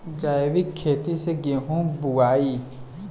जैविक खेती से गेहूँ बोवाई